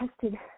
tested